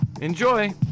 Enjoy